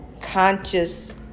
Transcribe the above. conscious